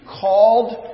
called